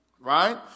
right